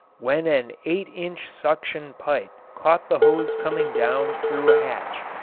when an eight-inch suction-pipe caught the hose coming down through a hatch,